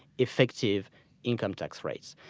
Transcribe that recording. effective income tax rates.